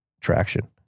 traction